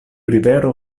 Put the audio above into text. rivero